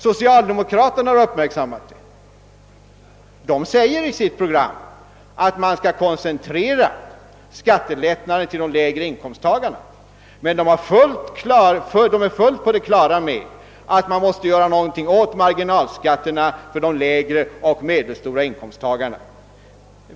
Socialdemokraterna har uppmärksammat det. De säger i sitt program att man skall koncentrera skattelättnaderna till de lägre inkomsttagarna, men de är fullt på det klara med att man måste göra någonting åt marginalskatterna för de lägre och medelstora inkomsttagarna.